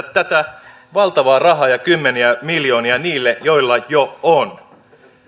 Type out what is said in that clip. tätä valtavaa rahaa ja kymmeniä miljoonia niille joilla jo on